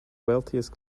wealthiest